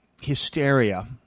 hysteria